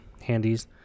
handies